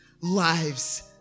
lives